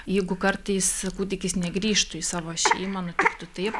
jeigu kartais kūdikis negrįžtų į savo šeimą nutiktų taip